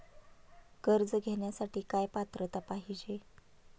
कर्ज घेण्यासाठी काय पात्रता पाहिजे?